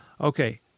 Okay